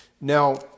Now